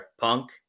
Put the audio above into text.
punk